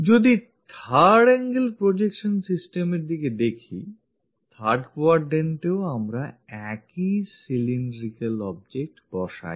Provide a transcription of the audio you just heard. যদি 3rd angle projection systems দিয়ে দেখি 3rd quadrantএ ও আমরা একই cylindrical object বসাই